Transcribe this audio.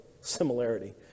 similarity